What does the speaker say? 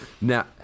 Now